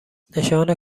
نشان